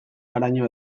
haraino